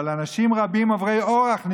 אבל אנשים רבים עוברי אורח,